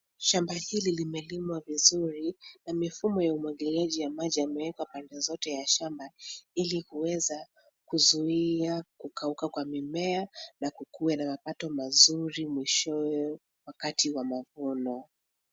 Shamba hili limelimwa vizuri na mifumo ya umwagiliaji ya maji yameekwa pande zote ya shamba ili kuweza kuzuia kukauka kwa mimea na kukue na mapato mazuri mwishowe wakati wa mavuno.